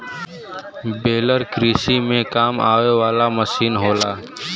baler कृषि में काम आवे वाला मसीन होला